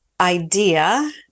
idea